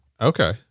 okay